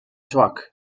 zwak